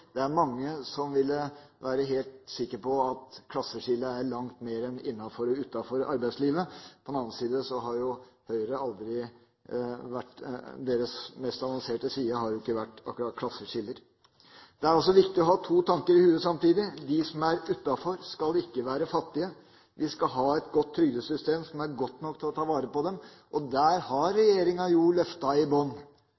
Det er mange som ville være helt sikker på at klasseskillet er langt mer enn innenfor og utenfor arbeidslivet. På den annen side har Høyres mest avanserte side aldri vært akkurat klasseskiller. Det altså viktig å ha to tanker i hodet samtidig. De som er utenfor, skal ikke være fattige. Vi skal ha et godt trygdesystem, som er godt nok til å ta vare på dem, og der har